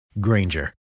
Granger